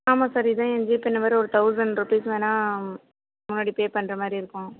ஆமாம் சார் இதான் என் ஜிபே நம்பரு ஒரு தவுசண்ட் ரூபீஸ் வேணுனா முன்னாடி பே பண்ணுற மாதிரி இருக்கும்